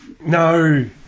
no